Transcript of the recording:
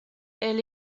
elle